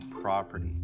property